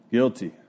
Guilty